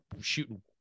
shooting